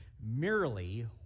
merely